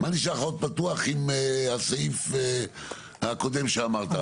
מה נשאר לך עוד פעם עם הסעיף הקודם שאמרת?